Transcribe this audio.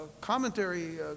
commentary